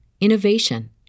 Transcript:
innovation